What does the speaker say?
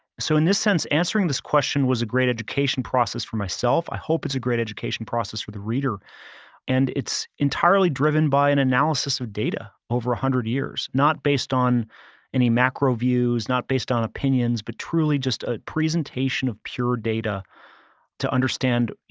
so in this sense, answering this question was a great education process for myself. i hope it's a great education process for the reader and it's entirely driven by an analysis of data over one ah hundred years, not based on any macro views, not based on opinions, but truly just a presentation of pure data to understand,